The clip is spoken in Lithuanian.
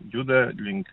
juda link